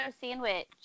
sandwich